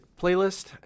playlist